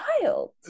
child